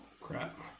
crap